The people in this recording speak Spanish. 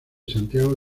santiago